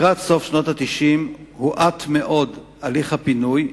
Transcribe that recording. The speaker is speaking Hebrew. לקראת סוף שנות ה-90 הואט מאוד הליך הפינוי,